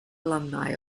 alumni